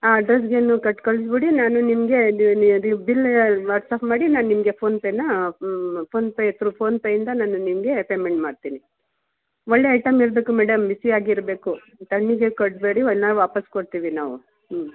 ಆ ಅಡ್ರಸ್ಸಿಗೆ ನೀವು ಕೊಟ್ ಕಳಿಸ್ಬಿಡಿ ನಾನು ನಿಮಗೆ ನೀವು ನೀವು ನೀವು ಬಿಲ್ ವಾಟ್ಸ್ಆ್ಯಪ್ ಮಾಡಿ ನಾನು ನಿಮಗೆ ಫೋನ್ಪೇನಾ ಫೋನ್ಪೇ ತ್ರೂ ಫೋನ್ಪೇಯಿಂದ ನಾನು ನಿಮಗೆ ಪೇಮೆಂಟ್ ಮಾಡ್ತೀನಿ ಒಳ್ಳೆ ಐಟಮ್ ಇರಬೇಕು ಮೇಡಮ್ ಬಿಸಿಯಾಗಿರಬೇಕು ತಣ್ಣಗೆ ಕೊಡಬೇಡಿ ಒನ್ ಆರ್ ವಾಪಾಸ್ಸು ಕೊಡ್ತೀವಿ ನಾವು ಹ್ಞೂ